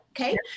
okay